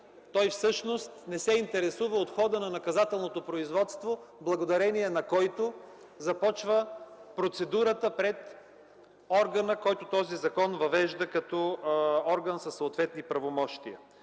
Той не се интересува от хода на наказателното производство, благодарение на което започва процедурата пред органа, който този закон въвежда като орган със съответни правомощия.